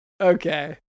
Okay